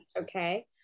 okay